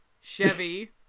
Chevy